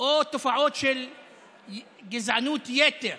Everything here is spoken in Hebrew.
של גזענות יתר